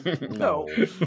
No